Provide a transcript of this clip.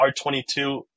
R22